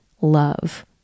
love